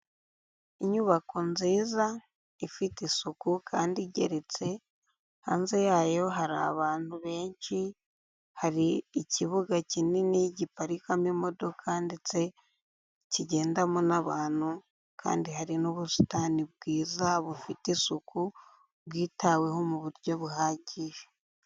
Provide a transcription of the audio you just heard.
Inyubako nziza ifite isuku kandi igeretse, hanze yayo hari abantu benshi, hari ikibuga kinini giparikamo imodoka ndetse kigendamo n'abantu, kandi hari n'ubusitani bwiza bufite isuku, bwitaweho mu buryo buhagije.